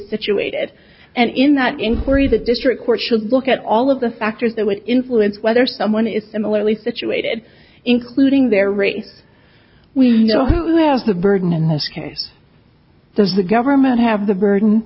situated and in that inquiry the district court should look at all of the factors that would influence whether someone is similarly situated including their race we know who has the burden in this case does the government have the burden